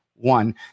one